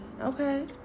Okay